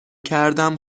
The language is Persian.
کردم